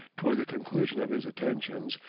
toward the conclusion of his attentions,